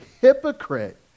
Hypocrite